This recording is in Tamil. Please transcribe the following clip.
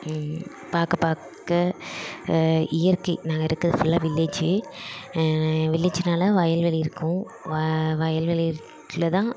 பார்க்க பார்க்க இயற்கை நாங்கள் இருக்கிறது ஃபுல்லாகவே வில்லேஜ் வில்லேஜ்னால் வயல்வெளி இருக்கும் வயல்வெளியில் தான்